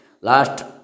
Last